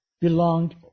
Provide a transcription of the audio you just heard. belonged